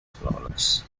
flawless